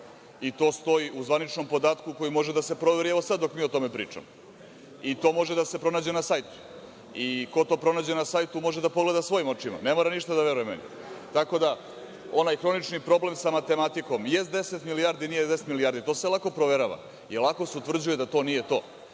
i to stoji u zvaničnom podatku koji može da se proveri evo sada, dok mi o tome pričamo, i to može da se pronađe na sajtu. Ko to pronađe na sajtu, može da pogleda svojim očima, ne mora meni ništa da veruje. Onaj hronični problem sa matematikom – jeste 10 milijardi, nije 10 milijardi, to se lako proverava i lako se utvrđuje da to nije